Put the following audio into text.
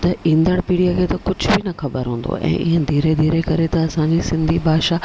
त ईंदड़ु पीड़ीअ खे त कुझु बि न ख़बरु हूंदो ऐं हीअं धीरे धीरे करे त असांजी सिंधी भाषा